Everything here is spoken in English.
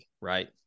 right